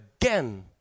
again